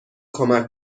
کمک